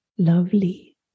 Lovely